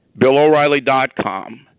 BillOReilly.com